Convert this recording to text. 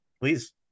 Please